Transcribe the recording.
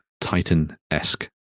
Titan-esque